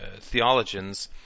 theologians